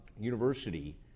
University